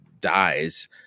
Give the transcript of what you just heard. dies